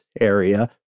area